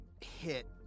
hit